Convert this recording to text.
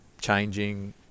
changing